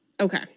Okay